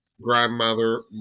Grandmother